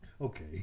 Okay